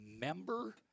member